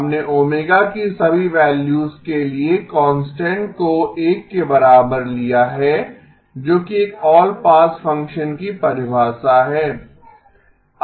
हमने ओमेगा की सभी वैल्यूज के लिए कांस्टेंट को 1 के बराबर लिया है जो कि एक ऑल पास फ़ंक्शन की परिभाषा है